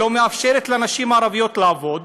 לא מאפשרת לנשים ערביות לעבוד,